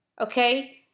Okay